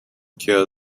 cure